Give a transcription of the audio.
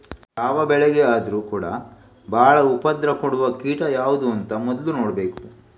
ಯಾವ ಬೆಳೆಗೆ ಆದ್ರೂ ಕೂಡಾ ಬಾಳ ಉಪದ್ರ ಕೊಡುವ ಕೀಟ ಯಾವ್ದು ಅಂತ ಮೊದ್ಲು ನೋಡ್ಬೇಕು